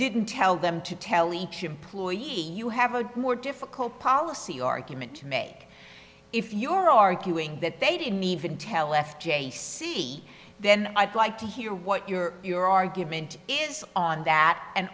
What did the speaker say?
didn't tell them to tell each employee you have a more difficult policy argument to make if you're arguing that they didn't even tell f j c then i'd like to hear what your your argument is on that and